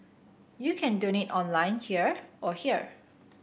you can donate online here or here